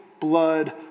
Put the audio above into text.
blood